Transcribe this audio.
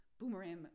boomerang